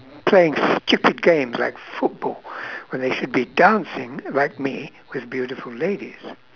play stupid games like football when they should be dancing like me with beautiful ladies